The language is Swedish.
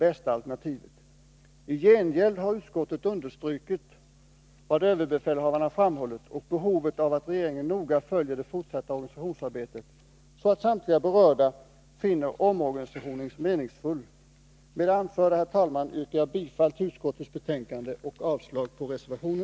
I gengäld har utskottet understrukit vad överbefälhavaren har framhållit och behovet av att regeringen noga följer det fortsatta organisationsarbetet, så att samtliga berörda finner omorganisationen meningsfull. Med det anförda, herr talman, yrkar jag bifall till utskottets betänkande och avslag på reservationen.